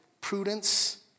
prudence